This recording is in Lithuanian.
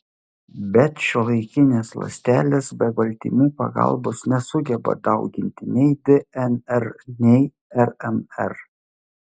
bet šiuolaikinės ląstelės be baltymų pagalbos nesugeba dauginti nei dnr nei rnr